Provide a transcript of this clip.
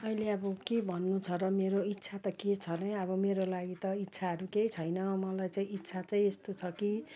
अहिले अब के भन्नु छ मेरो इच्छा त के छ नै अब मेरो लागि त इच्छाहरू केही छैन मलाई चाहिँ इच्छा चाहिँ यस्तो छ कि